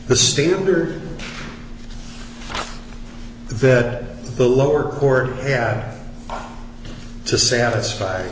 the standard that the lower court to satisfy